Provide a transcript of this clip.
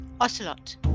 Ocelot